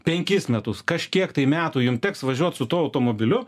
penkis metus kažkiek metų jum teks važiuoti su tuo automobiliu